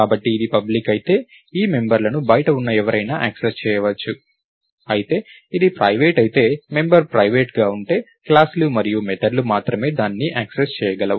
కాబట్టి ఇది పబ్లిక్ అయితే ఈ మెంబర్లను బయట ఉన్న ఎవరైనా యాక్సెస్ చేయవచ్చు అయితే ఇది ప్రైవేట్ అయితే మెంబర్ ప్రైవేట్గా ఉంటే క్లాస్ లు మరియు మెథడ్ లు మాత్రమే దానిని యాక్సెస్ చేయగలవు